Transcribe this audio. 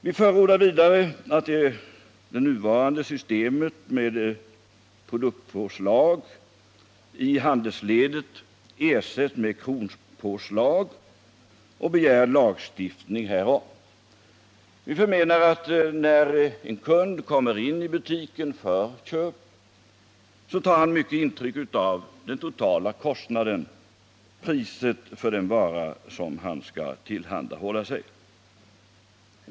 Vi förordar vidare att det nuvarande systemet med produktpåslag i handelsledet ersättes med kronpåslag och begär också en lagstiftning härom. Vi menar att när en kund kommer in i butiken för att köpa, tar han i hög grad intryck av den totala kostnaden, priset på den vara som han skall tillhandla sig.